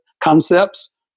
concepts